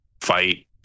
fight